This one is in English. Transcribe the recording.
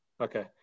Okay